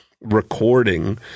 recording